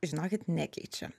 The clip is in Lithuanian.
žinokit nekeičia